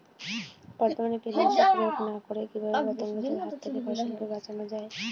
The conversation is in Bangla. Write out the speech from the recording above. বর্তমানে কীটনাশক প্রয়োগ না করে কিভাবে পতঙ্গদের হাত থেকে ফসলকে বাঁচানো যায়?